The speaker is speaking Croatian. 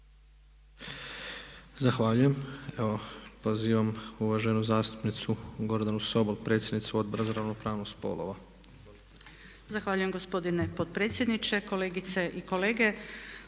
Zahvaljujem. Evo pozivam uvaženu zastupnicu Gordanu Sobol, predsjednicu Odbora za ravnopravnost spolova. **Sobol, Gordana (SDP)** Zahvaljujem gospodine potpredsjedniče. Kolegice i kolege.